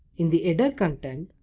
in the header content.